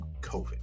COVID